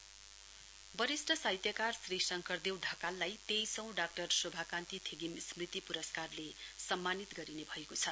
अर्वड वरिष्ट साहित्यकार श्री शङ्कर देव ढकाललाई तेइसौं डाक्टर शोभा कान्ति थेगिम स्मृति पुरस्कारले सम्मानित गरिने भएको छ